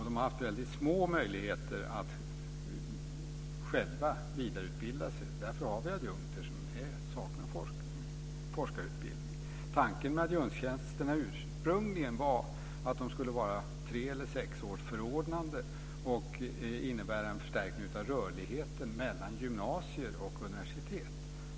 De har haft väldigt små möjligheter att själva vidareutbilda sig. Därför har vi adjunkter som saknar forskarutbildning. Den ursprungliga tanken med adjunktstjänsterna var att de skulle vara tre eller sexårsförordnanden som skulle innebära en förstärkning av rörligheten mellan gymnasier och universitet.